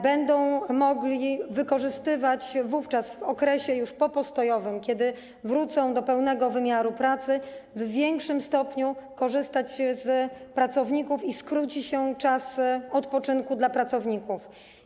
Będą mogli wykorzystywać to w okresie już popostojowym, wówczas kiedy wrócą do pełnego wymiaru pracy, w większym stopniu korzystać z pracowników, i skróci się czas odpoczynku dla pracowników.